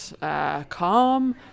calm